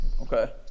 Okay